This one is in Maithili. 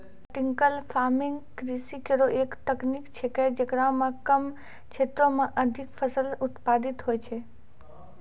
वर्टिकल फार्मिंग कृषि केरो एक तकनीक छिकै, जेकरा म कम क्षेत्रो में अधिक फसल उत्पादित होय छै